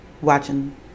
watching